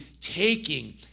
taking